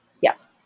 Yes